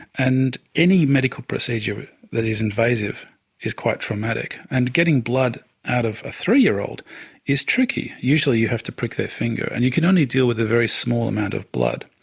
and any medical procedure that is invasive is quite traumatic, and getting blood out of a three-year-old is tricky. usually you have to prick their finger, and you can only deal with a very small amount of blood.